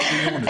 יש דיון.